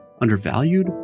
Undervalued